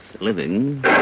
living